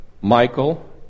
Michael